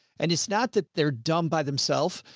and it's not that they're dumb by themselves.